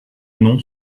noms